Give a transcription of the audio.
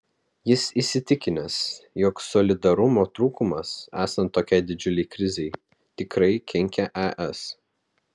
jis įsitikinęs jog solidarumo trūkumas esant tokiai didžiulei krizei tikrai kenkia es